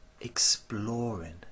exploring